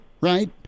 right